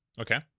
Okay